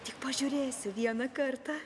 tik pažiūrėsiu vieną kartą